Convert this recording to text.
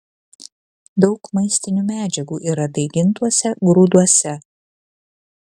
daug maistinių medžiagų yra daigintuose grūduose